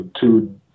two